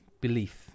belief